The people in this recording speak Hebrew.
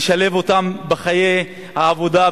לשלב אותן בחיי העבודה,